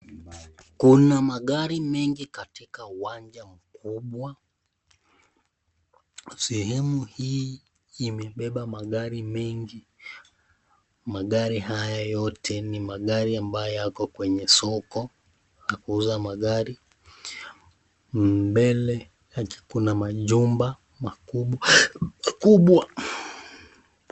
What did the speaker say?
Kuna magari mengi katika uwanja mkubwa. Sehemu hii imebeba magari mengi. Magari haya yote ni magari ambayo yako kwenye soko la kuuza magari. Mbele yake kuna majumba makubwa.